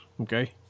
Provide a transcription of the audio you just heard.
Okay